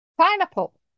pineapple